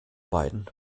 beiden